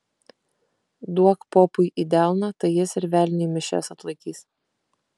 duok popui į delną tai jis ir velniui mišias atlaikys